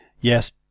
yes